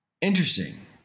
Interesting